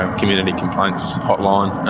and community complaints hotline,